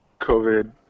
COVID